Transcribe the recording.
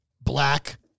black